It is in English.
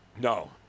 No